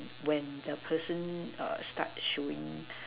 when the person err start showing